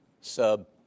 sub